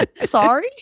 sorry